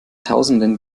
tausenden